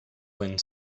wind